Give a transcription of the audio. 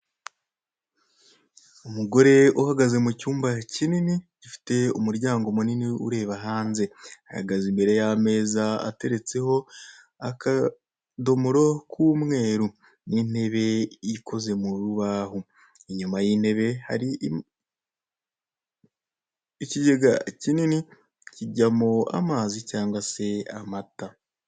Umugore uhagaze mu cyumba kinini gifite umuryango munini ureba hanze, ahagaze imbere y'ameza ateretseho akadomoro k'umweru n'intebe ikoze mu rubaho, inyuma y'intebe hari ikigega kinini kijyamo amazi cyangwa se amata.